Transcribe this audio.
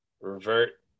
revert